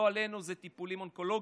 לא עלינו, זה טיפולים אונקולוגיים,